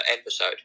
episode